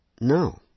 No